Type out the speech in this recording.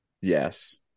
yes